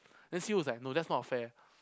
Nancy was like no that's not fair